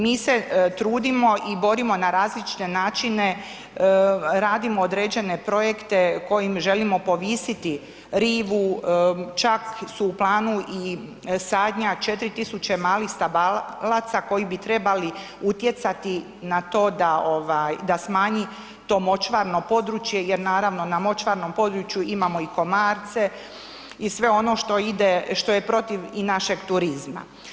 Mi se trudimo i borimo na različite načine, radimo određene projekte kojim želimo povisiti rivu, čak su u planu i sadnja 4 tisuća malih stabalaca koji bi trebali utjecati na to da smanji to močvarno područje jer naravno, na močvarnom području imamo i komarce i sve ono što ide, što je protiv i našeg turizma.